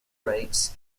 rates